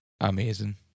amazing